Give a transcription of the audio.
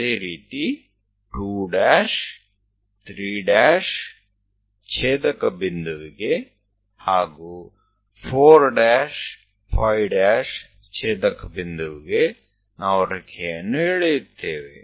ಅದೇ ರೀತಿ 2 ' 3' ಛೇದಕ ಬಿಂದುವಿಗೆ ಹಾಗೂ 4 ' 5' ಛೇದಕ ಬಿಂದುವಿಗೆ ನಾವು ರೇಖೆಯನ್ನು ಎಳೆಯುತ್ತೇವೆ